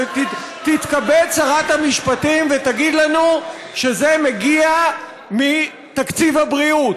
תתכבד שרת המשפטים ותגיד לנו שזה מגיע מתקציב הבריאות,